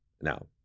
Now